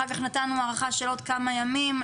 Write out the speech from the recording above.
אחר כך נתנו הארכה של עוד כמה ימים,